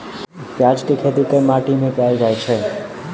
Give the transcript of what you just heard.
प्याज केँ खेती केँ माटि मे कैल जाएँ छैय?